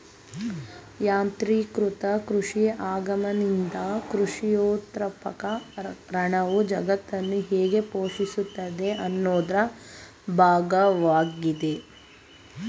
ಯಾಂತ್ರೀಕೃತ ಕೃಷಿ ಆಗಮನ್ದಿಂದ ಕೃಷಿಯಂತ್ರೋಪಕರಣವು ಜಗತ್ತನ್ನು ಹೇಗೆ ಪೋಷಿಸುತ್ತೆ ಅನ್ನೋದ್ರ ಭಾಗ್ವಾಗಿದೆ